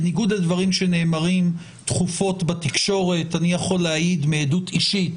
בניגוד לדברים שנאמרים תכופות בתקשורת אני יכול להעיד מעדות אישית